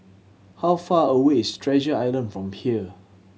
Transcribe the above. how far away is Treasure Island from here